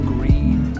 Green